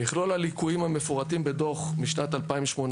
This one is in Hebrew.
מכלל הליקויים המפורטים בדוח משנת 2018,